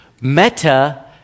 Meta